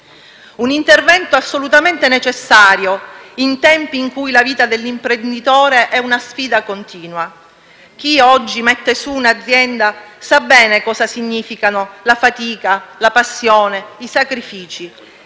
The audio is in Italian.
un intervento assolutamente necessario in tempi in cui la vita dell'imprenditore è una sfida continua. Chi oggi mette su un'azienda sa bene che cosa significano la fatica, la passione, i sacrifici.